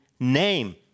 Name